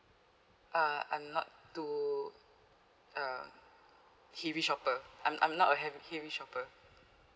uh I'm not too uh heavy shopper I'm I'm not a heavy shopper